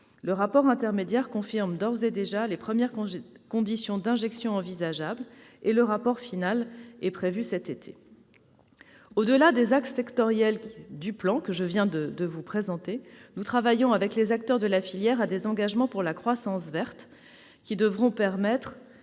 Le rapport intermédiaire confirme d'ores et déjà les premières conditions d'injection envisageables, avec un rapport final prévu cet été. Au-delà des axes sectoriels que je viens de vous présenter, nous travaillons avec les différents acteurs de la filière à des engagements pour la croissance verte qui devront permettre,